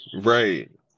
Right